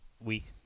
week